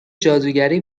جادوگری